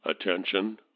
attention